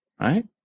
right